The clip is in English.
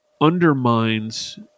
undermines